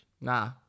Nah